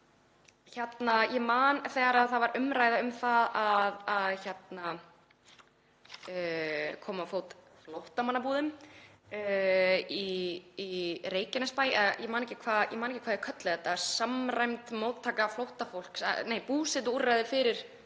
Ég man þegar umræða var um það að koma á fót flóttamannabúðum í Reykjanesbæ. Ég man ekki hvað á að kalla þetta, samræmd móttaka flóttafólks, nei, búsetuúrræði fyrir